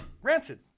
Rancid